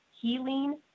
healing